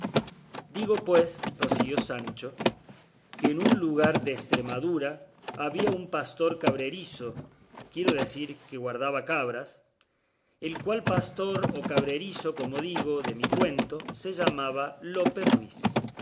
digo pues prosiguió sancho que en un lugar de estremadura había un pastor cabrerizo quiero decir que guardaba cabras el cual pastor o cabrerizo como digo de mi cuento se llamaba lope ruiz y